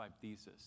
Thesis